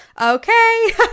Okay